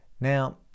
Now